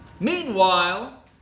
Meanwhile